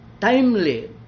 timely